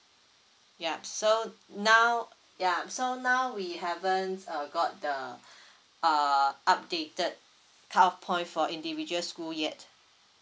ya so now ya so now we haven't uh got the uh updated cut off point for individual school yet